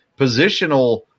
positional